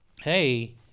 hey